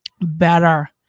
better